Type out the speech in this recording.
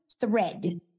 thread